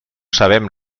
sabem